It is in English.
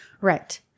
Right